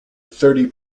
thirty